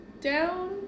down